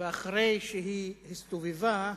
ואחרי שהיא הסתובבה,